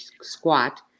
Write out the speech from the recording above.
squat